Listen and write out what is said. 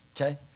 okay